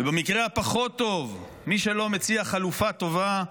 ובמקרה הפחות-טוב מי שלא מציע חלופה טובה,